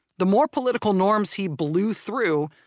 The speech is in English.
the more political norms he blew through,